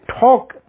talk